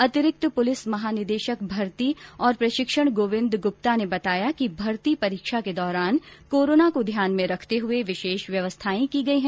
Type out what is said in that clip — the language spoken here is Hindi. अतिरिक्त पुलिस महानिदेशक भर्ती और प्रशिक्षण गोविंद गुप्ता ने बताया कि भर्ती परीक्षा के दौरान कोरोना को ध्यान में रखते हुए विशेष व्यवस्थाएं की गई है